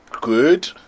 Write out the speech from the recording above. good